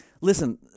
listen